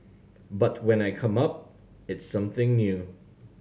but when I come up it's something new